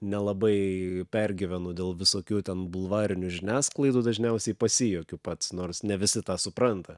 nelabai pergyvenu dėl visokių ten bulvarinių žiniasklaidų dažniausiai pasijuokiu pats nors ne visi tą supranta